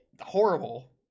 horrible